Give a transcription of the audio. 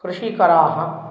कृषिकराः